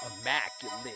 immaculate